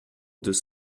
deux